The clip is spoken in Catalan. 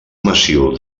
massiu